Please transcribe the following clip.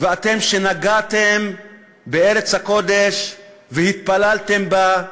ואתם שנגעתם בארץ הקודש והתפללתם בה,